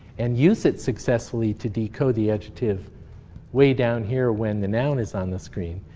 and use it successfully to decode the adjective way down here when the noun is on the screen,